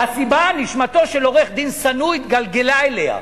"הסיבה: נשמתו של עורך-דין שנוא התגלגלה אליה".